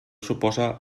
suposa